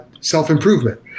self-improvement